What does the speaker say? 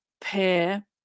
pair